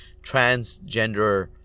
transgender